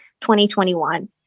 2021